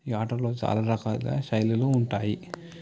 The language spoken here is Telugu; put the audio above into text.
ఈ ఆటలో చాలా రకాల శైలులు ఉంటాయి